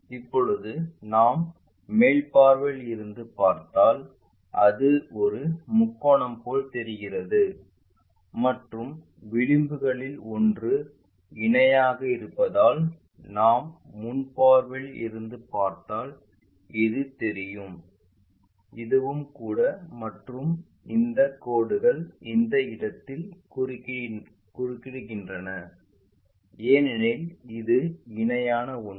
இப்போது நாம் மேல் பார்வையில் இருந்து பார்த்தால் அது ஒரு முக்கோணம் போல் தெரிகிறது மற்றும் விளிம்புகளில் ஒன்று இணையாக இருப்பதால் நாம் முன் பார்வையில் இருந்து பார்த்தால் இது தெரியும்இதுவும் கூட மற்றும் இந்த கோடுகள் இந்த இடத்தில் குறுக்கிடுகின்றன ஏனெனில் இது இணையான ஒன்று